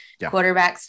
quarterbacks